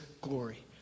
glory